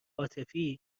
عاطفی